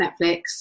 Netflix